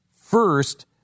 first